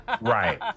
right